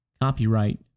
Copyright